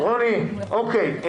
או.קיי.